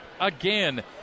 again